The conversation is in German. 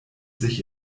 sich